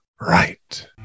right